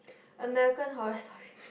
American-Horror-Story